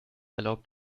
erlaubt